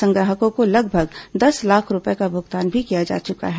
संग्राहकों को लगभग दस लाख रूपये का भुगतान भी किया जा चुका है